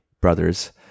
brothers